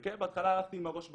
וכן, בהתחלה הלכתי עם הראש בקיר,